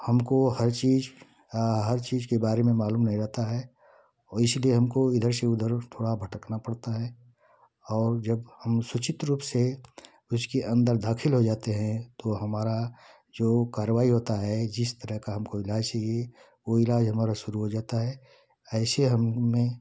हमको हर चीज़ हर चीज़ के बारे में मालूम नही रहता है और इसलिए हमको इधर से उधर थोड़ा भटकना पड़ता है और जब हम सुचित रूप से उसके अंदर दाखिल हो जाते हैं तो हमारा जो कार्यवाही होता है जिस तरह का हमको इलाज़ चहिए वो इलाज़ हमारा शुरू हो जाता है ऐसे हम में